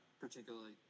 particularly